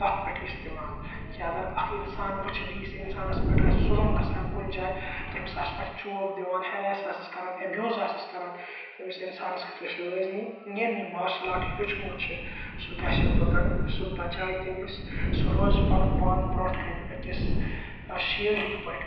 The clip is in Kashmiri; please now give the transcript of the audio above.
تَتھ پیٚٹھ اِستعمال یا اَگَر اَکھ اِنسان وُچھِ بیٚیِس اِنسانَس پیٚٹھ آسہِ ظُلُم گَژھان کُنہِ جایہِ تٔمِس آسہِ کٲنٛہہ چوب دِوان ہِراس آسیٚس کَران ایٚبوٗز آسیٚس کَران أمِس اِنسانَس خٲطرٕ چھُ لٲزمی یٔمۍ یہِ مارشَل آرٹ ہیٚچھمُت چھُ سُہ گَژھِ توٚتَن سُہ بَچایہِ تٔمِس سُہ روزِ پَنُن پان برٛونٛٹھٕ کَنہِ أکِس شیٖلڈُک پٲٹھۍ